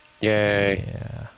Yay